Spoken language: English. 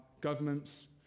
governments